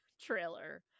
trailer